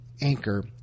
anchor